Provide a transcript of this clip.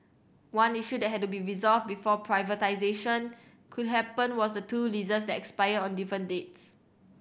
one issue that had to be resolved before privatisation could happen was the two leases that expire on different dates